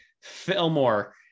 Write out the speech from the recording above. Fillmore